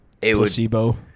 Placebo